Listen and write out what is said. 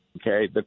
Okay